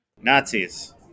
Nazis